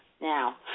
Now